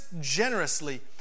generously